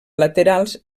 laterals